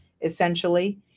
essentially